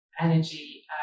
energy